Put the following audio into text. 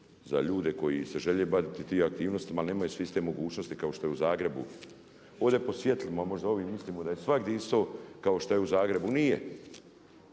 za ljude koji se žele baviti tim aktivnostima, ali nemaju svi iste mogućnost kao što je u Zagrebu. Ovdje pod svjetlima, možda ovdje mislimo da je svagdje isto kao šta je u Zagrebu. Nije,